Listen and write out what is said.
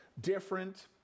different